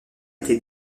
était